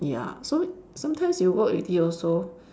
ya so sometimes you work with it also